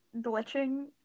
glitching